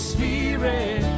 Spirit